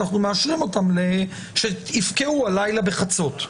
אנחנו מאשרים שיפקעו הלילה בחצות.